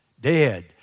Dead